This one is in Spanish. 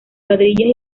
cuadrillas